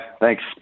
Thanks